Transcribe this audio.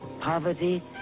poverty